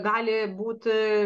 gali būti